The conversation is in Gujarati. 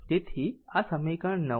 તેથી આ સમીકરણ 9 છે